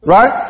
Right